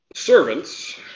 Servants